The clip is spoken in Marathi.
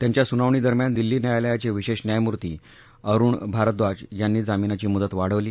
त्यांच्या सुनावणीदरम्यान दिल्ली न्यायालयाचे विशेष न्यायमूर्ती अरुण भारद्वाज यांनी जामीनाची मुदत वाढवली